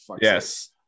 Yes